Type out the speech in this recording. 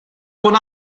con